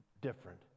different